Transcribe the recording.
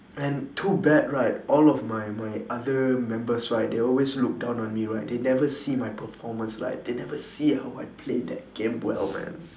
and too bad right all of my my other members right they always look down on me right they never see my performance right they never see how I play that game well man